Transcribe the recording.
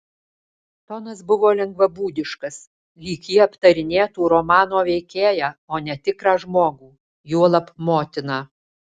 tonas buvo lengvabūdiškas lyg ji aptarinėtų romano veikėją o ne tikrą žmogų juolab motiną